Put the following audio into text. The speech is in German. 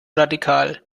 radikal